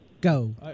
Go